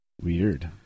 Weird